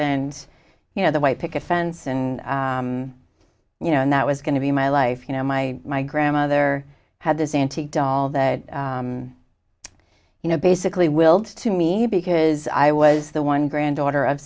and you know the white picket fence and you know and that was going to be my life you know my my grandmother had this antique doll that you know basically willed to me because i was the one granddaughter of